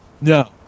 No